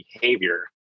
behavior